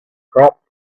crop